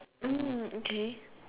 okay